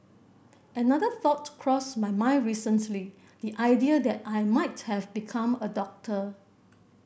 another thought crossed my mind recently the idea that I might have become a doctor